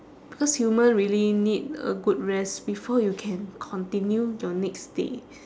because human really need a good rest before you can continue your next day